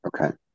Okay